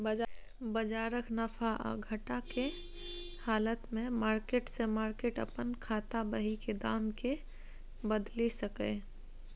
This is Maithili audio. बजारक नफा आ घटा के हालत में मार्केट से मार्केट अपन खाता बही के दाम के बदलि सकैए